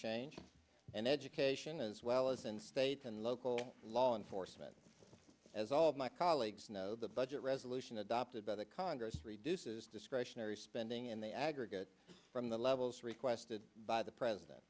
change and education as well as in state and local law enforcement as all of my colleagues know the budget resolution adopted by the congress reduces discretionary spending in the aggregate from the levels requested by the president